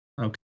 Okay